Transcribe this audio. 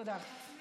תודה.